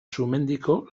sumendiko